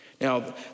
Now